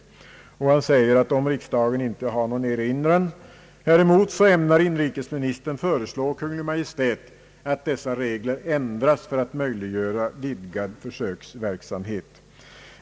Inrikesministern säger att om riksdagen inte har någon erinran däremot så ämnar han föreslå Kungl. Maj:t att dessa regler ändras för att möjliggöra vidgad försöksverksamhet.